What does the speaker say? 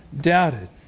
doubted